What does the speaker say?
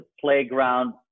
playground